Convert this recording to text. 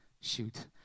shoot